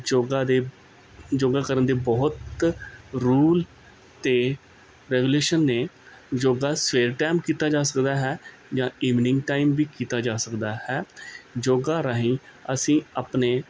ਯੋਗਾ ਦੇ ਯੋਗਾ ਕਰਨ ਦੇ ਬਹੁਤ ਰੂਲ ਅਤੇ ਰੈਗੂਲੇਸ਼ਨ ਨੇ ਯੋਗਾ ਸਵੇਰ ਟਾਈਮ ਕੀਤਾ ਜਾ ਸਕਦਾ ਹੈ ਜਾਂ ਇਵਨਿੰਗ ਟਾਈਮ ਵੀ ਕੀਤਾ ਜਾ ਸਕਦਾ ਹੈ ਯੋਗਾ ਰਾਹੀਂ ਅਸੀਂ ਆਪਣੇ